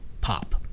pop